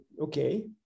okay